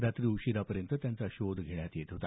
रात्री उशिरापर्यंत त्यांचा शोध घेण्यात येत होता